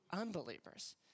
unbelievers